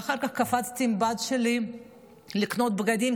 ואחר כך קפצתי עם הבת שלי לקנות בגדים,